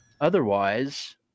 Otherwise